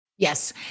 Yes